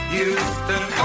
Houston